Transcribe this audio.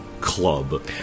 club